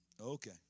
okay